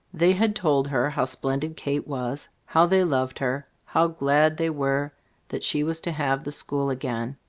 they had told her how splendid kate was, how they loved her, how glad they were that she was to have the school again,